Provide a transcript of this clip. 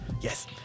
Yes